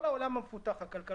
כל העולם המפותח, הכלכלי,